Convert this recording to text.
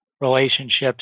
relationships